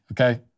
okay